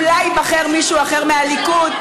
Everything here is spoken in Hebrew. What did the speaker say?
אולי ייבחר מישהו אחר מהליכוד,